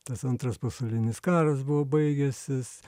tas antras pasaulinis karas buvo baigęsis